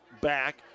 back